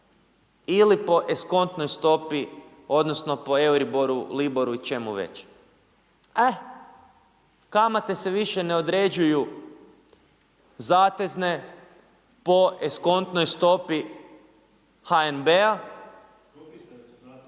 ili po eskontnoj stopi, odnosno po Euriboru, Liboru i čemu već. Eh, kamate se više ne određuju zatezne po eskontnoj stopi HNB-a